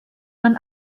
man